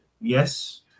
yes